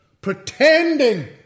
Pretending